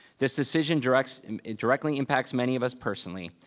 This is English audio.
this decision directly um directly impacts many of us personally,